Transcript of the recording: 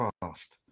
fast